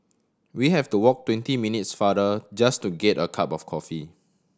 we have to walk twenty minutes farther just to get a cup of coffee